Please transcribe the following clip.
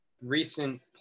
recent